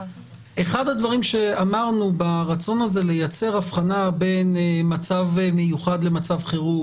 אחד הדברים שאמרנו ברצון הזה לייצר אבחנה בין מצב מיוחד למצב חירום,